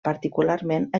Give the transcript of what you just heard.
particularment